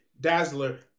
Dazzler